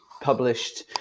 published